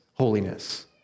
holiness